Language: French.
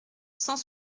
cent